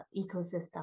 ecosystem